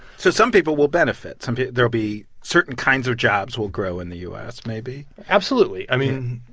so some people will benefit. some there'll be certain kinds of jobs will grow in the u s, maybe absolutely. i mean.